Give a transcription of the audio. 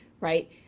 right